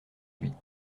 huit